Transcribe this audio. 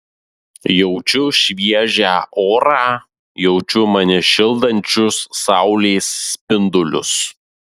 jaučiu šviežią orą jaučiu mane šildančius saulės spindulius